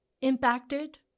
impacted